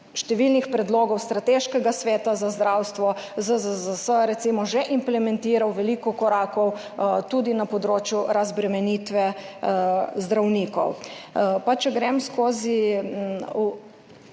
številnih predlogov Strateškega sveta za zdravstvo, ZZZS recimo že implementiral veliko korakov tudi na področju razbremenitve zdravnikov. Če grem skozi